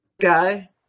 guy